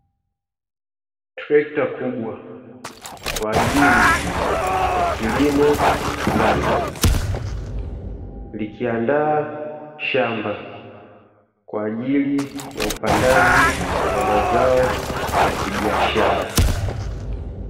Trekta kubwa kwa ajili ya kilimo cha kisasa, likiandaa shamba kwa ajili ya upandaji wa mazao ya kibiashara.